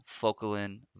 Focalin